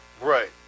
right